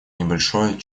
небольшое